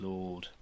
Lord